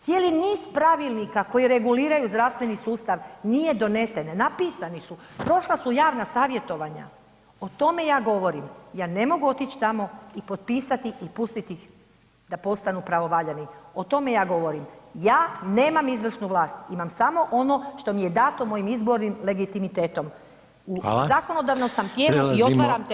Cijeli niz pravilnika koji reguliraju zdravstveni sustav nije donesen, napisani su, prošla su javna savjetovanja, o tome ja govorim, ja ne mogu otić tamo i potpisati i pustit ih da postanu pravovaljani, o tome ja govorim, ja nemam izvršnu vlast, imam samo ono što mi je dato mojim izbornim legitimitetom [[Upadica: Hvala]] U zakonodavnom sam tijelu i otvaram teme.